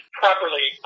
properly